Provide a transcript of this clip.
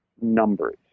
numbers